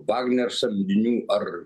vagnerio samdinių ar